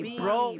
bro